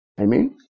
Amen